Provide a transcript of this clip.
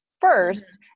first